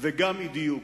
וגם אי-דיוק.